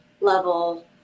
level